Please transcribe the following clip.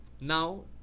Now